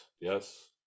Yes